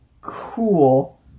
cool